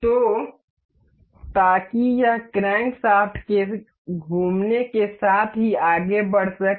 तो ताकि यह क्रैंकशाफ्ट के घूमने के साथ ही आगे बढ़ सके